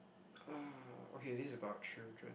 ah okay this is about children